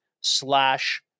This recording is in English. slash